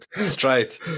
Straight